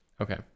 Okay